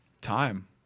Time